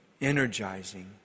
energizing